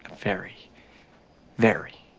very very.